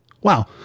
Wow